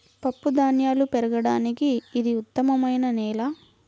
పప్పుధాన్యాలు పెరగడానికి ఇది ఉత్తమమైన నేల